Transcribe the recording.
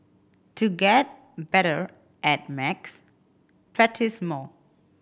to get better at max practise more